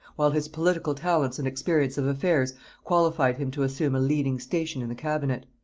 while his political talents and experience of affairs qualified him to assume a leading station in the cabinet.